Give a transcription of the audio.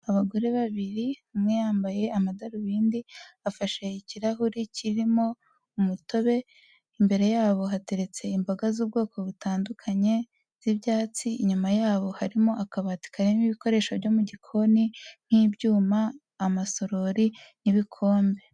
Abagore babiri, umwe yambaye amadarubindi afashe ikirahure kirimo umutobe, imbere yabo hateretse imboga z'ubwoko butandukanye z'ibyatsi, inyuma yabo harimo akabati karimo ibikoresho byo mu gikoni nk'ibyuma, amasorori n'ibikombe.